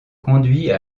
conduit